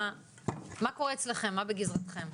מה קורה אצלכם ומה בגזרתכם?